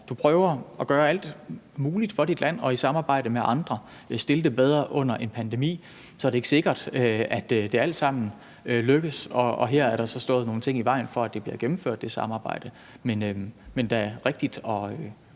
du prøver at gøre alt muligt for dit land og i samarbejde med andre stille det bedre under en pandemi, er det ikke sikkert, at det alt sammen lykkes. Og her har der altså stået nogle ting i vejen for, at det samarbejde bliver gennemført. Men det er da rigtigt